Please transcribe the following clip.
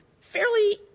fairly—